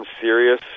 serious